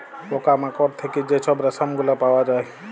পকা মাকড় থ্যাইকে যে ছব রেশম গুলা পাউয়া যায়